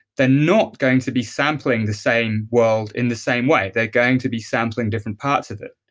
they're not going to be sampling the same world in the same way. they're going to be sampling different parts of it.